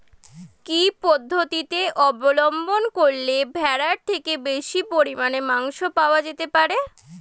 কি পদ্ধতিতে অবলম্বন করলে ভেড়ার থেকে বেশি পরিমাণে মাংস পাওয়া যেতে পারে?